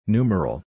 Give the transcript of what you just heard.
Numeral